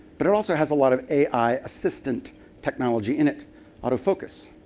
but it also has a lot of ai assistant technology in it how to focus,